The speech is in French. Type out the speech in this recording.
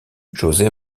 josé